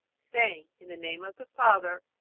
saying, in the name of the father,